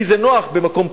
כי זה נוח במקום פלוני,